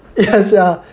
ya sia